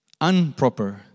unproper